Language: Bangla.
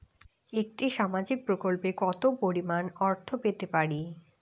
একটি সামাজিক প্রকল্পে কতো পরিমাণ অর্থ পেতে পারি?